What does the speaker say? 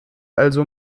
also